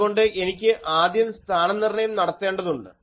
അതുകൊണ്ട് എനിക്ക് ആദ്യം സ്ഥാനനിർണ്ണയം നടത്തേണ്ടതുണ്ട്